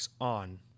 on